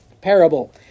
parable